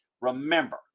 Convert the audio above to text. remember